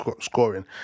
scoring